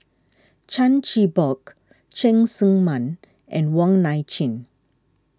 Chan Chin Bock Cheng Tsang Man and Wong Nai Chin